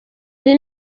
nti